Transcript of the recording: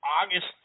August